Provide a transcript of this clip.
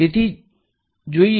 તેથી જોઈએ